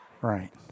Right